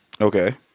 Okay